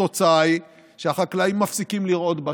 התוצאה היא שהחקלאים מפסיקים לרעות בשטח.